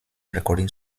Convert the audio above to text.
recording